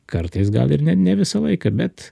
kartais gal ir ne ne visą laiką bet